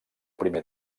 primer